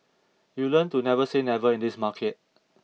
you learn to never say never in this market